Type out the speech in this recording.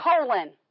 colon